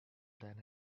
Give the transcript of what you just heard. than